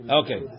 okay